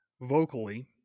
vocally